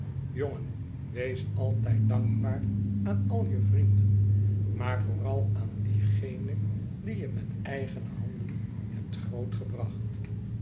jongen wees altijd dankbaar aan al je vrienden maar vooral aan diegene die je met eigene handen hebben